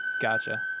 gotcha